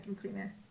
cleaner